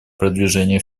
продвижения